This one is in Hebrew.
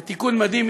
זה תיקון מדהים.